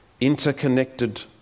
interconnected